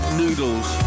noodles